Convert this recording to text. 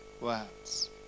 words